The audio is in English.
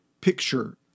picture